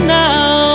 now